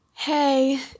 hey